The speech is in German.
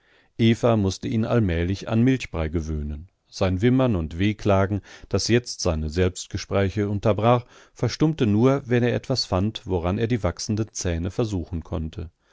eva mußte ihn allmählich an milchbrei gewöhnen sein wimmern und wehklagen das jetzt seine selbstgespräche unterbrach verstummte nur wenn er etwas fand woran er die wachsenden zähne versuchen konnte